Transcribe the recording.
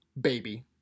baby